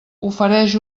ofereix